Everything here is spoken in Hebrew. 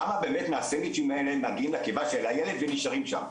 כמה באמת מהסנדוויצ'ים האלה מגיעים לקיבה של הילד ונשארים שם,